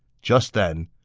just then,